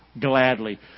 Gladly